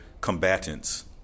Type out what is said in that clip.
combatants